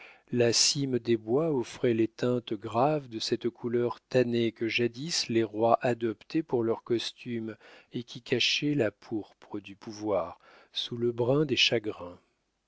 la cime des bois offrait les teintes graves de cette couleur tannée que jadis les rois adoptaient pour leur costume et qui cachait la pourpre du pouvoir sous le brun des chagrins